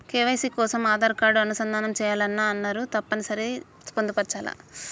KYC కోసం Aadhaar card అనుసంధానం చేయాలని అన్నరు తప్పని సరి పొందుపరచాలా?